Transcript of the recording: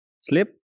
slip